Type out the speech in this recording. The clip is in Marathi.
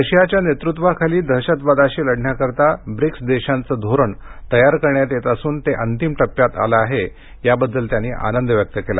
रशियाच्या नेतृत्वाखाली दहशतवादाशी लढण्यासाठी ब्रिक्स देशांचे धोरण तयार करण्यात येत असून ते अंतिम टप्प्यात आले आहे याबद्दल त्यांनी आनंद व्यक्त केला